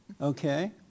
Okay